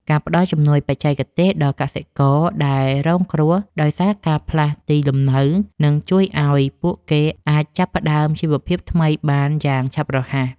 ការផ្តល់ជំនួយបច្ចេកទេសដល់កសិករដែលរងគ្រោះដោយសារការផ្លាស់ទីលំនៅនឹងជួយឱ្យពួកគេអាចចាប់ផ្តើមជីវភាពថ្មីបានយ៉ាងឆាប់រហ័ស។